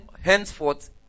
henceforth